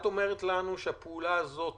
את אומרת לנו שהפעולה הזאת